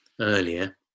earlier